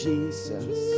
Jesus